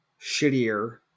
shittier